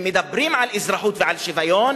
הם מדברים על אזרחות ועל שוויון,